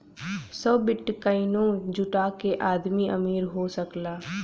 सौ बिट्काइनो जुटा के आदमी अमीर हो सकला